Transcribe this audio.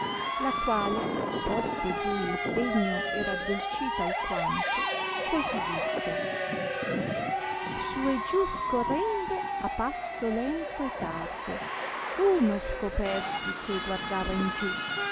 la quale posto giù il sdegno e raddolcita alquanto così disse su e giù scorrendo a passo lento e tardo uno scopersi che guardava in giù